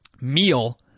meal